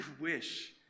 wish